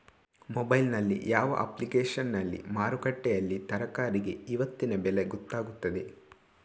Mobile ನಲ್ಲಿ ಯಾವ ಅಪ್ಲಿಕೇಶನ್ನಲ್ಲಿ ಮಾರುಕಟ್ಟೆಯಲ್ಲಿ ತರಕಾರಿಗೆ ಇವತ್ತಿನ ಬೆಲೆ ಗೊತ್ತಾಗುತ್ತದೆ?